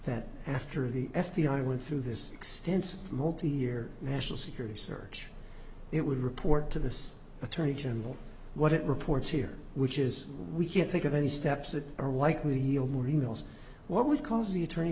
that after the f b i went through this extensive multi year national security search it would report to this attorney general what it reports here which is we can't think of any steps that are likely he'll more e mails what would cause the attorney